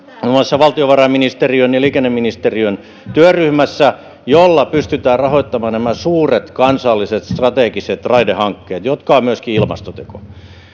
muun muassa valtiovarainministeriön ja liikenneministeriön työryhmässä löytää rahoitusratkaisuja joilla pystytään rahoittamaan nämä suuret kansalliset strategiset raidehankkeet jotka ovat myöskin ilmastoteko